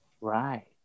Right